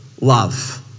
love